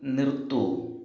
നിർത്തൂ